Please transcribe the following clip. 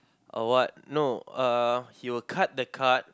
or what no uh he will cut the card